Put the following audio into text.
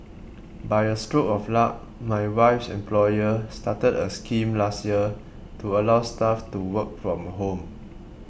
by a stroke of luck my wife's employer started a scheme last year to allow staff to work from home